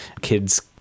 kids